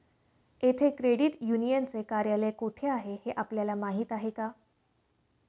येथे क्रेडिट युनियनचे कार्यालय कोठे आहे हे आपल्याला माहित आहे का?